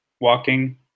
walking